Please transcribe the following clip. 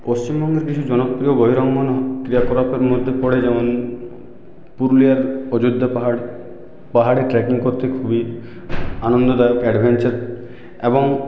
পশ্চিমবঙ্গের কিছু জনপ্রিয় বহিরঙ্গন ক্রিয়াকলাপের মধ্যে পড়ে যেমন পুরুলিয়ার অযোধ্যা পাহাড় পাহাড়ে ট্র্যাকিং করতে খুবই আনন্দদায়ক অ্যাডভেঞ্চার এবং